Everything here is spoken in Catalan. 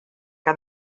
que